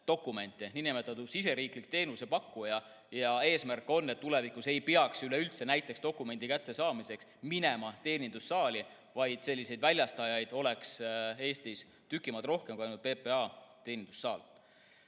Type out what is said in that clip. Niinimetatud siseriikliku teenusepakkuja eesmärk on, et tulevikus ei peaks üleüldse näiteks dokumendi kättesaamiseks teenindussaali minema, vaid selliseid väljastajaid oleks Eestis tüki maad rohkem kui ainult PPA teenindussaal.